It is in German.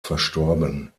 verstorben